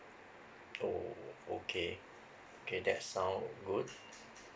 oh okay okay that sound good